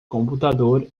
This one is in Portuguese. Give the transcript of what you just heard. computador